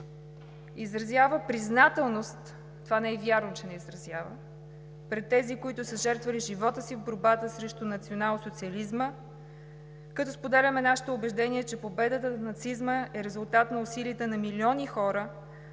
изразява признателност – това не е вярно, че не изразява, пред тези, които са жертвали живота си в борбата срещу националсоциализма, като споделяме нашето убеждение, че победата над нацизма е резултат на усилията на милиони хора,